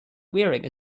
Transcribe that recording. wearing